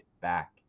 back